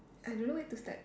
I don't know where to start